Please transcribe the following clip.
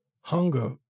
hunger